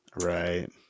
Right